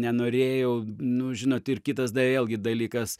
nenorėjau nu žinot ir kitas dar vėlgi dalykas